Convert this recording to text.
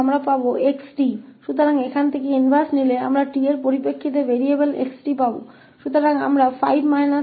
अतः यहाँ से इनवर्स लेते हुए हम t के पदों में चर 𝑥𝑡 प्राप्त करेंगे